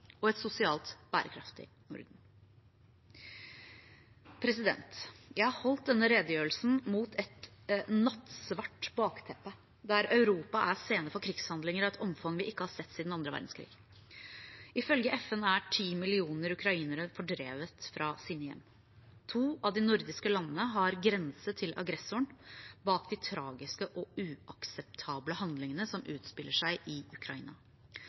og et sosialt bærekraftig Norden. Jeg har holdt denne redegjørelsen mot et nattsvart bakteppe der Europa er scene for krigshandlinger av et omfang vi ikke har sett siden andre verdenskrig. Ifølge FN er nå ti millioner ukrainere fordrevet fra sine hjem. To av de nordiske landene har grense til aggressoren bak de tragiske og uakseptable handlingene som utspiller seg i Ukraina.